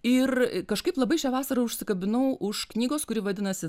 ir kažkaip labai šią vasarą užsikabinau už knygos kuri vadinasi